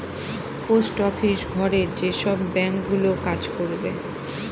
post office ঘরে যেসব bank গুলো কাজ করবে